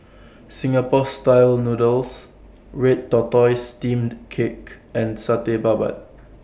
Singapore Style Noodles Red Tortoise Steamed Cake and Satay Babat